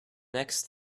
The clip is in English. next